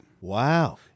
Wow